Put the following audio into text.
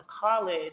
college